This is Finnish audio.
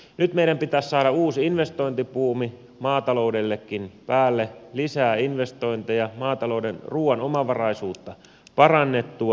nyt meidän pitäisi saada uusi investointibuumi maataloudellekin päälle lisää investointeja maatalouden ruuan omavaraisuutta parannettua